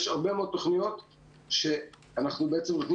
יש הרבה מאוד תוכנית שבהן אנחנו נותנים